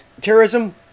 terrorism